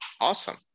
Awesome